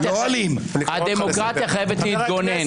הדמוקרטיה חייבת להתגונן.